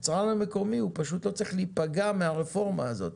היצרן המקומי הוא פשוט לא צריך להיפגע מהרפורמה הזאת.